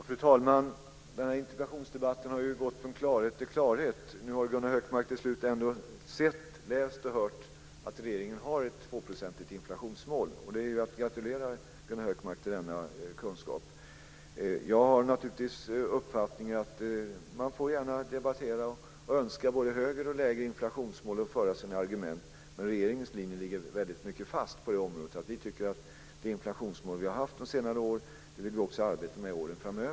Fru talman! Den här interpellationsdebatten har gått från klarhet till klarhet. Nu har Gunnar Hökmark till slut ändå sett, läst och hört att regeringen har ett 2 procentigt inflationsmål, och Gunnar Hökmark är då att gratulera till denna kunskap. Jag har naturligtvis uppfattningen att man gärna får debattera och önska både högre och lägre inflationsmål och föra fram sina argument, men regeringens linje ligger fast på detta område: Det inflationsmål vi har haft de senaste åren vill vi också arbeta med åren framöver.